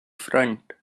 front